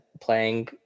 playing